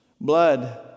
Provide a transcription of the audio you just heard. blood